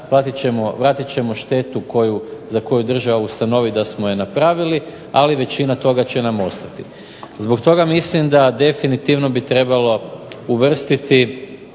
vratit ćemo štetu za koju država ustanovi da smo je napravili ali većina toga će nam ostati. Zbog toga mislim da definitivno bi trebalo uvrstiti